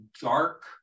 dark